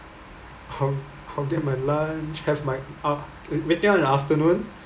I'll I'll get my lunch have my ah waking up in the afternoon